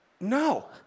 No